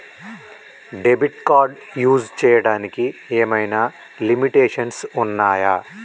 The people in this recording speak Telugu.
డెబిట్ కార్డ్ యూస్ చేయడానికి ఏమైనా లిమిటేషన్స్ ఉన్నాయా?